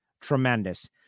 tremendous